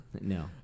no